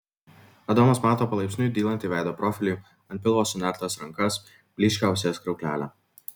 adomas mato palaipsniui dylantį veido profilį ant pilvo sunertas rankas blyškią ausies kriauklelę